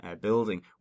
building